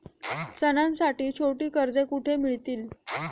सणांसाठी छोटी कर्जे कुठे मिळतील?